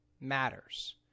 matters